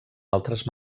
altres